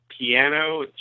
piano